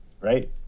right